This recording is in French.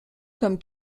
comme